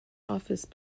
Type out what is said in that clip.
office